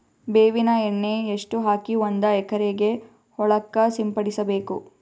ಬೇವಿನ ಎಣ್ಣೆ ಎಷ್ಟು ಹಾಕಿ ಒಂದ ಎಕರೆಗೆ ಹೊಳಕ್ಕ ಸಿಂಪಡಸಬೇಕು?